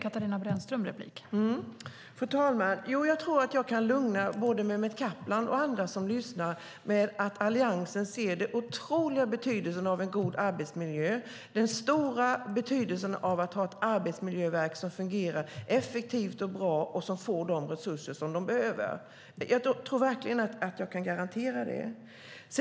Fru talman! Jag tror att jag kan lugna både Mehmet Kaplan och andra som lyssnar genom att säga att Alliansen anser att det är av otroligt stor betydelse att ha en god arbetsmiljö och att ha ett arbetsmiljöverk som fungerar effektivt och bra och som får de resurser som det behöver. Jag tror verkligen att jag kan garantera det.